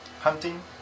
hunting